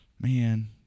man